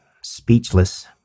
speechless